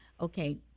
okay